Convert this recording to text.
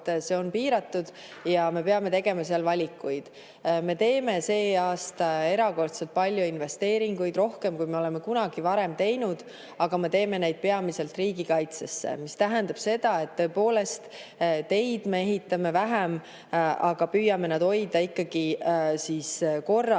see on piiratud ja me peame tegema valikuid. Me teeme see aasta erakordselt palju investeeringuid, rohkem, kui me oleme kunagi varem teinud. Aga me teeme neid peamiselt riigikaitsesse, mis tähendab seda, et tõepoolest teid me ehitame vähem, aga püüame need hoida ikkagi nii korras,